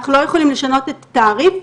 אנחנו לא יכולים לשנות את התעריף,